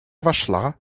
вошла